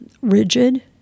rigid